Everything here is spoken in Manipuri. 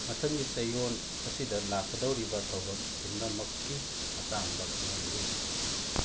ꯃꯊꯪꯒꯤ ꯆꯌꯣꯟ ꯑꯁꯤꯗ ꯂꯥꯛꯀꯗꯧꯔꯤꯕ ꯊꯧꯔꯝ ꯄꯨꯝꯅꯃꯛꯀꯤ ꯃꯇꯥꯡꯗ ꯈꯪꯍꯜꯂꯨ